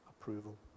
approval